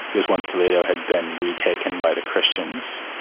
because once toledo had been re-taken by the christians,